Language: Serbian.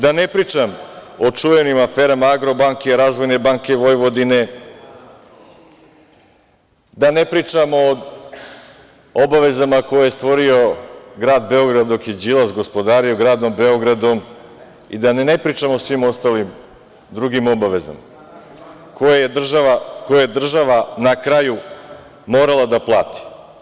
Da ne pričam o čuvenim aferama „Agrobanke“ i „Razvojne banke Vojvodine“, da ne pričam o obavezama koje stvorio grad Beograd dok je Đilas gospodario gradom Beogradom i da ne pričam o svim ostalim drugim obavezama koje je država na kraju morala da plati.